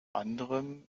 anderem